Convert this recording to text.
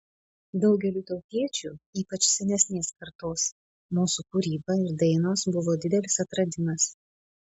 daugeliui tautiečių ypač senesnės kartos mūsų kūryba ir dainos buvo didelis atradimas